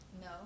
No